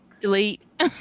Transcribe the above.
Delete